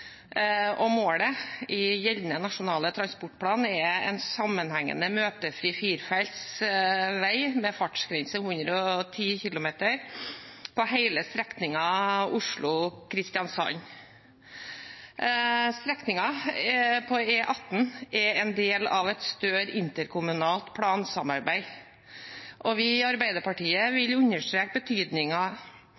Målet i gjeldende Nasjonal transportplan er en sammenhengende møtefri firefelts vei med fartsgrense 110 km/t på hele strekningen Oslo–Kristiansand. Strekningen på E18 er en del av et større interkommunalt plansamarbeid. Vi i Arbeiderpartiet vil